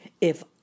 if